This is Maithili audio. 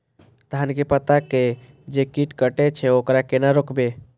धान के पत्ता के जे कीट कटे छे वकरा केना रोकबे?